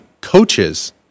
coaches